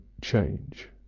change